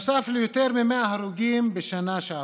נוסף ליותר מ-100 הרוגים בשנה שעברה.